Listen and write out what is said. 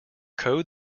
code